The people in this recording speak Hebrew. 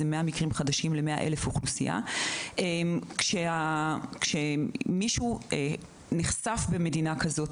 מאה מקרים חדשים מתוך אוכלוסייה של 100,000. כשמישהו נחשף במדינה כזו,